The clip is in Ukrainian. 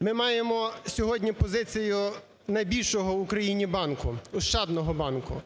Ми маємо сьогодні позицію найбільшого в Україні банку - "Ощадного банку",